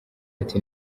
ati